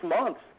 months